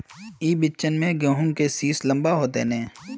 ई बिचन में गहुम के सीस लम्बा होते नय?